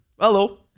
hello